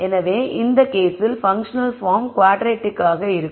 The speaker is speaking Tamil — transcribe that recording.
எனவே இந்த கேஸில் பன்க்ஷனல் பார்ம் குவாட்ரடிக்காக இருக்கும்